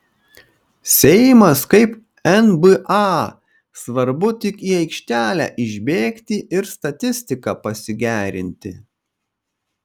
seimas kaip nba svarbu tik į aikštelę išbėgti ir statistiką pasigerinti